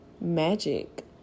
magic